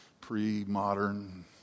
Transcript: pre-modern